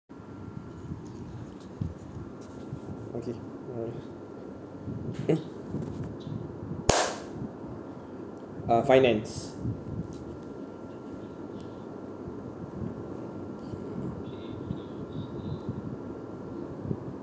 okay uh mm uh finance